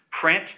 print